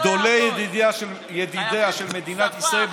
מגדולי ידידיה של מדינת ישראל,